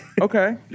Okay